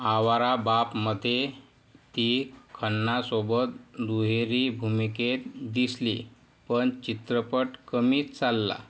आवारा बापमध्ये ती खन्नासोबत दुहेरी भूमिकेत दिसली पण चित्रपट कमी चालला